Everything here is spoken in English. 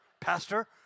pastor